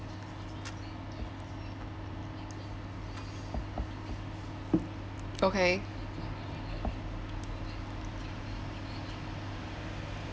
okay